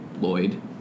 Lloyd